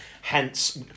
hence